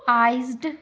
iced